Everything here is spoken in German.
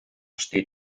steht